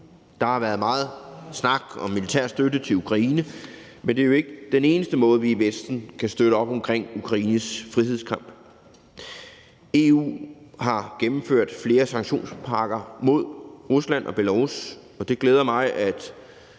Der har været meget snak om militær støtte til Ukraine, men det er jo ikke den eneste måde, som vi i Vesten kan støtte op omkring Ukraines frihedskamp på. EU har gennemført flere sanktionspakker mod Rusland og Belarus, og det glæder mig, at